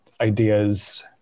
ideas